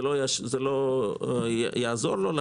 זה לא יעזור לו.